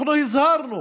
אנחנו הזהרנו